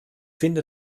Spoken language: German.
finde